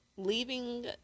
leaving